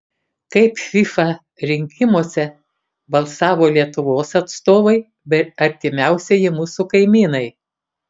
kaip fifa rinkimuose balsavo lietuvos atstovai bei artimiausieji mūsų kaimynai